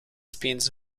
spins